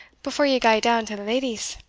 before ye gae down to the leddies.